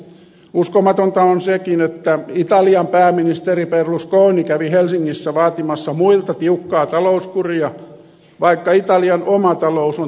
uskomatonta on sekin että italian pääministeri berlusconi kävi helsingissä vaatimassa muilta tiukkaa talouskuria vaikka italian oma talous on täysin kuralla